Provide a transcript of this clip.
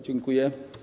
Dziękuję.